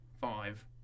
five